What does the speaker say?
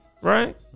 Right